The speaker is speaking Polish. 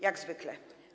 Jak zwykle.